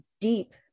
deep